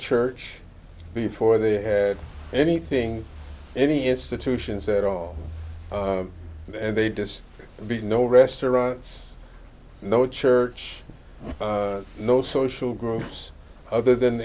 church before they had anything any institutions at all and they'd just be no restaurants no church no social groups other than